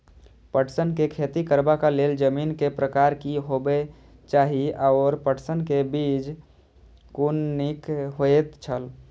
पटसन के खेती करबाक लेल जमीन के प्रकार की होबेय चाही आओर पटसन के बीज कुन निक होऐत छल?